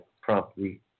promptly